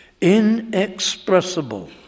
inexpressible